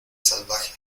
salvaje